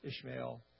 Ishmael